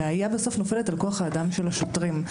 הבעיה בסוף נופלת על כוח האדם של השוטרים.